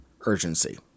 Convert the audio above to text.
urgency